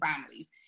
families